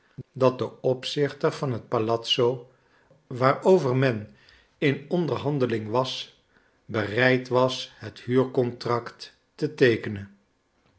dat de opzichter van het palazzo waarover men in onderhandeling was bereid was het huurcontract te teekenen